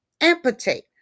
amputate